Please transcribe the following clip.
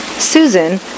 Susan